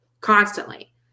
constantly